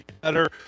Better